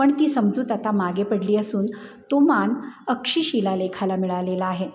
पण ती समजूत आता मागे पडली असून तो मान अक्षीशीला लेखाला मिळालेला आहे